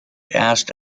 asked